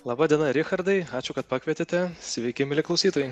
laba diena richardai ačiū kad pakvietėte sveiki mieli klausytojai